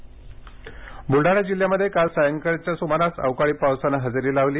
बलढाणा पाऊस ब्लडाणा जिल्ह्यामध्ये काल सायंकाळच्या सुमारास अवकाळी पावसाने हजेरी लावली